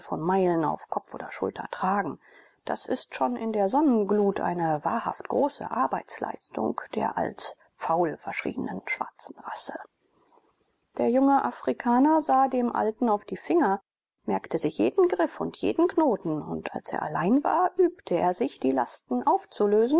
von meilen auf kopf oder schulter tragen das ist schon in der sonnenglut eine wahrhaft große arbeitsleistung der als faul verschrienen schwarzen rasse der junge afrikaner sah dem alten auf die finger merkte sich jeden griff und jeden knoten und als er allein war übte er sich die lasten aufzulösen